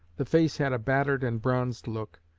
the face had a battered and bronzed look,